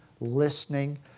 listening